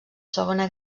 segona